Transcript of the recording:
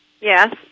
Yes